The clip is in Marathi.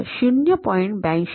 ८२ पट एवढे बदलते